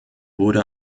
wurde